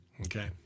Okay